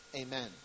Amen